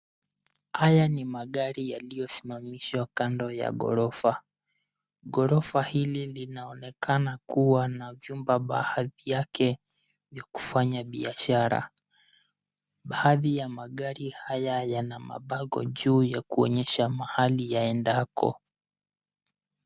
Haya ni magari yaliyosimamishwa kando ya ghorofa. Ghorofa hili linaonekana kuwa na vyumba baadhi yake vya kufanya biashara. Baadhi ya magari haya yana mabango juu ya kuonyesha mahali yaendako.